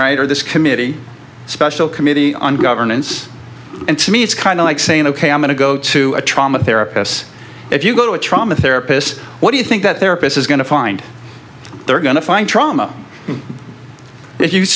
or this committee special committee on governance and to me it's kind of like saying ok i'm going to go to a trauma therapists if you go to a trauma therapist what do you think that their place is going to find they're going to find trauma and if you